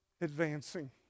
advancing